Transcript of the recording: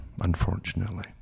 unfortunately